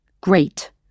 Great